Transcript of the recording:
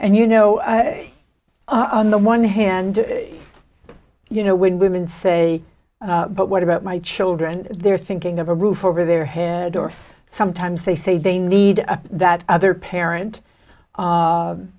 and you know on the one hand you know when women say but what about my children they're thinking of a roof over their head or sometimes they say they need that other parent